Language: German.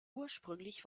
ursprünglich